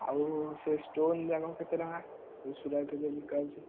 ଆଉ ସେ ଷ୍ଟୋନ୍ ଯାକ କେତେ ଟଙ୍କା ଯେଉଁ ସୁରାଟରେ ଯେଉଁ ବିକା ହେଉଛି